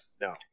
no